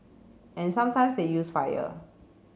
and sometimes they use fire